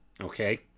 Okay